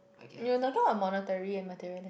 you were talking about monetary and materiali~